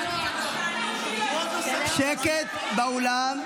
אמרתי כבר נגד.